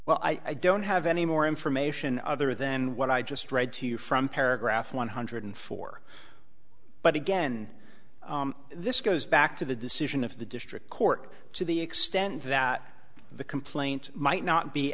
well i don't have any more information other than what i just read to you from paragraph one hundred four but again this goes back to the decision of the district court to the extent that the complaint might not be